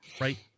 right